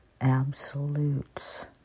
absolutes